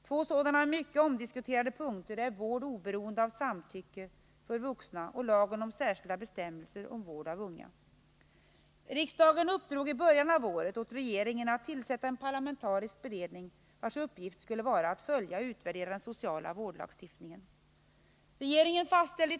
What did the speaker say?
Två sådana mycket omdis Riksdagen uppdrog i början av året åt regeringen att tillsätta en parlamentarisk beredning, vars uppgift skulle vara att följa och utvärdera den sociala vårdlagstiftningen.